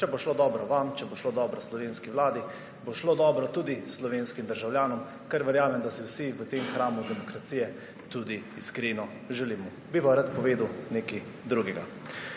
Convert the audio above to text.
Če bo šlo dobro vam, če bo šlo dobro slovenski vladi, bo šlo dobro tudi slovenskim državljanom, kar verjamem, da si vsi v tem hramu demokracije tudi iskreno želimo. Bi pa rad povedal nekaj drugega.